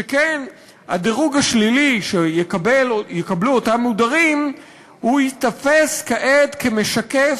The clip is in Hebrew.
שכן הדירוג השלילי שיקבלו אותם מודרים ייתפס כעת כמשקף